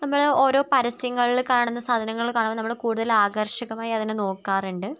നമ്മൾ ഒരോ പരസ്യങ്ങളിൽ കാണുന്ന സാധനങ്ങൾ കാണുമ്പോൾ നമ്മൾ കൂടുതൽ ആകർഷകമായി നോക്കാറുണ്ട്